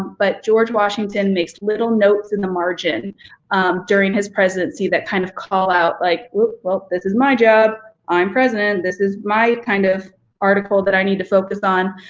but george washington makes little notes in the margin during his presidency that kind of call out, like well, this is my job, i'm president, this is my kind of article that i need to focus on.